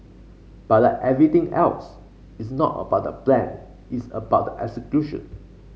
but like everything else it's not about the plan it's about the execution